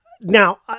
now